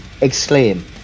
exclaim